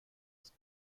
ist